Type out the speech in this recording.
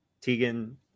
Tegan